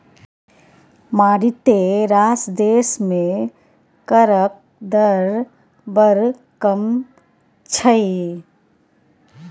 मारिते रास देश मे करक दर बड़ कम छै